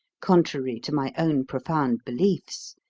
contrary to my own profound beliefs.